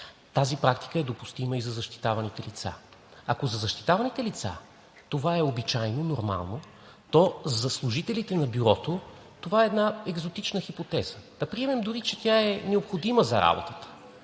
Тази практика е допустима и за защитаваните лица. Ако за защитаваните лица това е обичайно, нормално, то за служителите на Бюрото това е една екзотична хипотеза. Да приемем дори, че тя е необходима за работата,